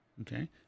Okay